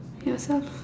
yourself